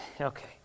okay